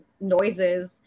noises